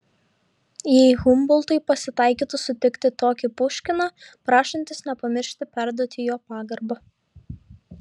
jei humboltui pasitaikytų sutikti tokį puškiną prašantis nepamiršti perduoti jo pagarbą